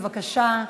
בבקשה.